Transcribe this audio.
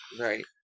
Right